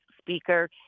speaker